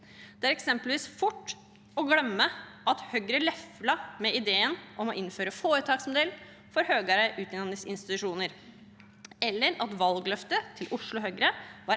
Det er eksempelvis fort gjort å glemme at Høyre leflet med ideen om å innføre foretaksmodell for høyere utdanningsinstitusjoner, eller at valgløftet til Oslo Høyre var